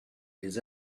des